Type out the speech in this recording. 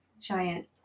giant